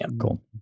Cool